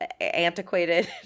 antiquated